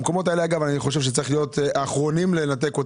אני חושב שאלה המקומות האחרונים שצריך לנתק.